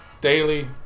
Daily